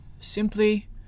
simply